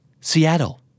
Seattle